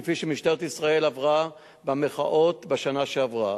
כפי שמשטרת ישראל עברה במחאות בשנה שעברה,